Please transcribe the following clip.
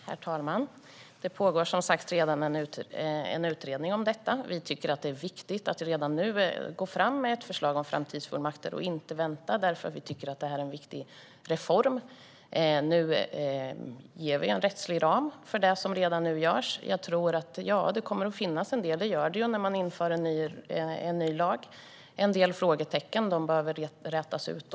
Herr talman! Det pågår som sagt redan en utredning om detta. Vi tycker att det är viktigt att redan nu gå fram med ett förslag om framtidsfullmakter och inte vänta, eftersom det är en viktig reform. Vi ger nu en rättslig ram för något som redan görs. Det kommer förmodligen att finnas en del frågetecken. Det gör det när man inför en ny lag. Dessa frågetecken behöver rätas ut.